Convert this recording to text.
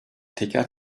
teker